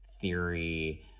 theory